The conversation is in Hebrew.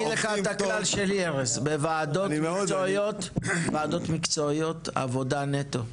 בוועדות מקצועיות, עבודה נטו.